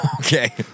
Okay